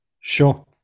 Sure